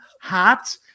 hot